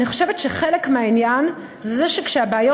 אני חושבת שחלק מהעניין זה שכשהבעיות